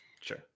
Sure